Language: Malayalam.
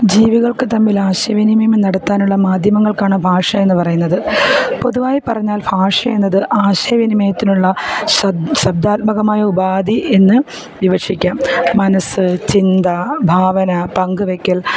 ജീവികൾക്ക് തമ്മിൽ ആശയവിനിമയം നടത്താനുള്ള മാധ്യമങ്ങൾക്കാണ് ഭാഷ എന്ന് പറയുന്നത് പൊതുവായി പറഞ്ഞാൽ ഭാഷയെന്നത് ആശയവിനിമയത്തിനുള്ള ശ്രദ്ധ ശ്രദ്ധാത്മകമായ ഉപാധി എന്ന് വിവക്ഷിക്കാം മനസ്സ് ചിന്ത ഭാവന പങ്ക് വയ്ക്കൽ